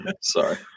Sorry